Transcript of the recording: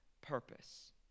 purpose